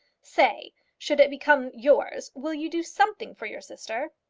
say should it become yours, will you do something for your sister?